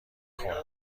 خوردم